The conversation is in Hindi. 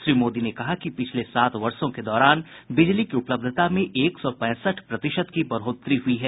श्री मोदी ने कहा कि पिछले सात वर्षो के दौरान बिजली की उपलब्धता में एक सौ पैंसठ प्रतिशत की बढ़ोतरी हई है